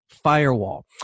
firewall